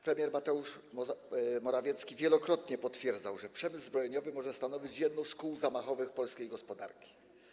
Premier Mateusz Morawiecki wielokrotnie potwierdzał, że przemysł zbrojeniowy może stanowić jedno z kół zamachowych polskiej gospodarki.